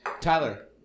Tyler